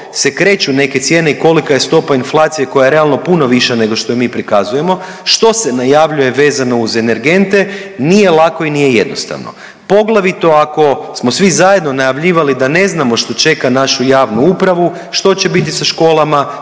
se kreću neke cijene i kolika je stopa inflacije koja je realno, puno viša nego što je mi prikazujemo što se najavljuje vezano uz energente, nije lako i nije jednostavno, poglavito ako smo svi zajedno najavljivali da ne znamo što čeka našu javnu upravu, što će biti sa školama,